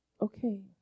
Okay